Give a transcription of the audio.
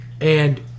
and-